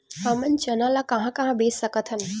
हमन चना ल कहां कहा बेच सकथन?